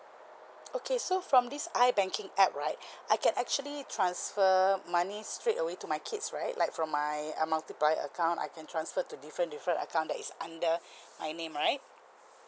okay so from this I banking app right I can actually transfer money straight away to my kids right like from my uh multiplier account I can transfer to different different account that is under my name right